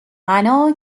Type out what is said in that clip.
غنا